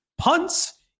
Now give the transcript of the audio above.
punts